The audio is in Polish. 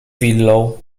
willą